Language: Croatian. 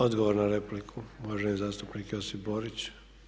Odgovor na repliku uvaženi zastupnik Josip Borić.